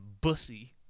bussy